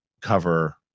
cover